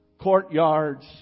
courtyards